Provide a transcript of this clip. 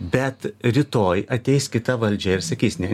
bet rytoj ateis kita valdžia ir sakys ne